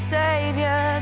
savior